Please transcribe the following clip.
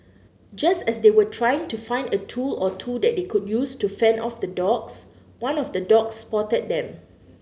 just as they were trying to find a tool or two that they could use to fend off the dogs one of the dogs spotted them